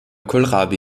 kohlrabi